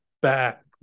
back